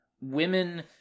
women